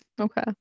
okay